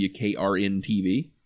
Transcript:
WKRN-TV